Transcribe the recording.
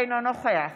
אינו נוכח